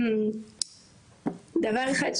דבר אחד,